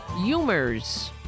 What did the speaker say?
humors